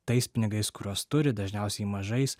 tais pinigais kuriuos turi dažniausiai mažais